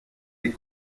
les